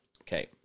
Okay